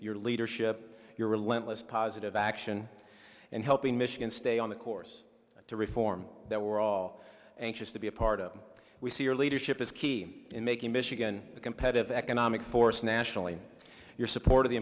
your leadership your relentless positive action and helping michigan stay on the course to reform that we're all anxious to be a part of we see your leadership is key in making michigan a competitive economic force nationally your support of the